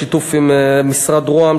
בשיתוף משרד רוה"מ,